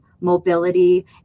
mobility